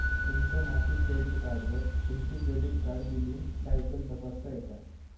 तुमच्या मासिक क्रेडिट कार्डवर तुमची क्रेडिट कार्ड बिलींग सायकल तपासता येता